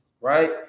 right